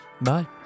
Bye